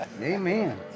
Amen